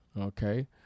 okay